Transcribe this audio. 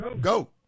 go